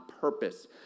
purpose